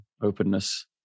openness